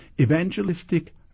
evangelistic